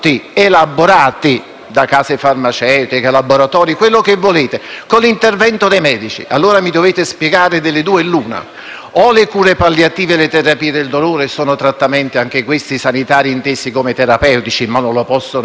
con l'intervento dei medici. Mi dovete spiegare, allora, delle due, l'una: o le cure palliative e le terapie del dolore sono trattamenti, anche questi sanitari, intesi come terapeutici, oppure non lo possono essere, perché non svolgono un'azione terapeutica. È vero che